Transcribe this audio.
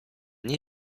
nie